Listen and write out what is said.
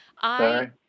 Sorry